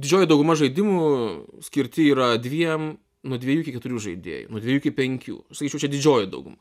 didžioji dauguma žaidimų skirti yra dviem nuo dvejų iki keturių žaidėjų nuo dvejų iki penkių sakyčiau čia didžioji dauguma